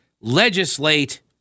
legislate